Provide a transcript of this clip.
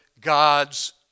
God's